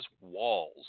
walls